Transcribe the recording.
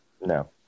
No